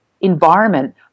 environment